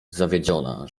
zawiedziona